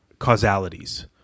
causalities